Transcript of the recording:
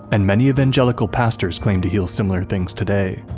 and many evangelical pastors claim to heal similar things today,